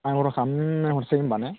आं अर्डार खालामनानै हरनोसै होनबा ने